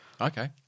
Okay